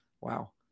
wow